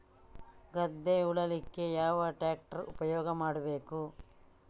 ಗದ್ದೆ ಉಳಲಿಕ್ಕೆ ಯಾವ ಟ್ರ್ಯಾಕ್ಟರ್ ಉಪಯೋಗ ಮಾಡಬೇಕು?